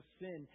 sin